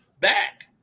back